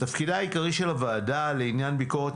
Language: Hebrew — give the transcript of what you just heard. תפקידה העיקרי של הוועדה לענייני ביקורת